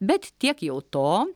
bet tiek jau to